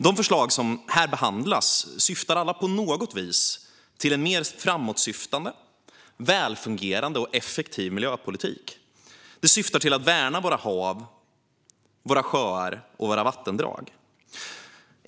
De förslag som här behandlas syftar alla på något vis till en mer framåtsyftande, välfungerande och effektiv miljöpolitik. De syftar till att värna våra hav, sjöar och vattendrag.